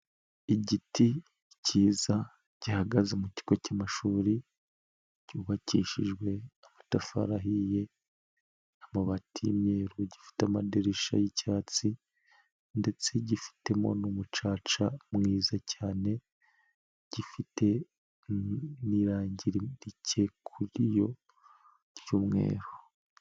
Igiti kiza gihagaze mu kigo cy'amashuri cyubakishijwe amatafari ahiye, amabati y'imyeru, gifite amaderisha y'icyatsi ndetse gifitemo n'umucaca mwiza cyane, gifite n'irangi rike ry'umweru.